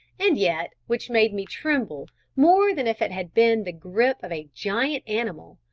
and yet which made me tremble more than if it had been the grip of a giant animal,